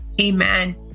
Amen